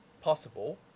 possible